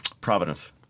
Providence